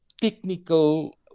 technical